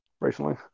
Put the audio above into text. recently